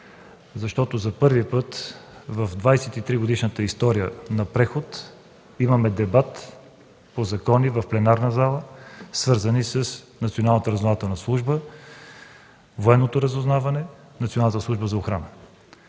защото за първи път в 23-годишната история на преход имаме дебат по закони в пленарната зала, свързани с Националната разузнавателна служба, Военното разузнаване и Националната служба за охрана.